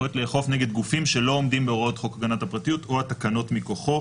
לאכוף נגד גופים שלא עומדים בהוראות חוק הגנת הפרטיות או התקנות מכוחו.